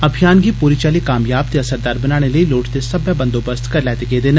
अभियान गी पूरी चाली कामयाब ते असरदार बनाने लेई लोड़चदे सब्बै बंदोबस्त करी लैते गेदे न